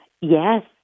Yes